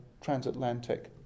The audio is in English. transatlantic